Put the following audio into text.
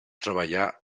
treballar